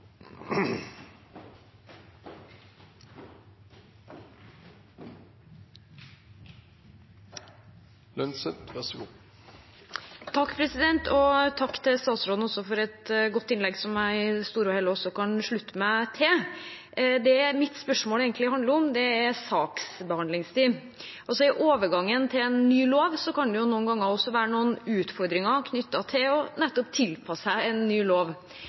et godt innlegg, som jeg i det store og hele kan slutte meg til. Mitt spørsmål handler om saksbehandlingstid. I overgangen til en ny lov kan det noen ganger være utfordringer knyttet til å tilpasse seg en ny lov.